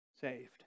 saved